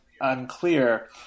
unclear